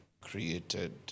created